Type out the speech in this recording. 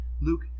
Luke